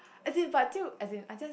as in but as in I just